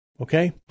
Okay